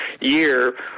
year